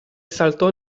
saltò